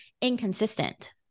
inconsistent